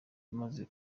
imaze